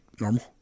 normal